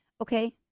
Okay